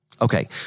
Okay